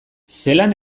zelan